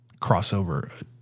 crossover